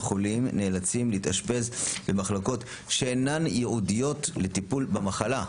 החולים נאלצים להתאשפז במחלקות שאינן ייעודיות לטיפול במחלה,